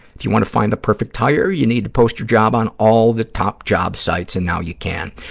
if you want to find the perfect hire, you need to post your job on all the top job sites, and now you can.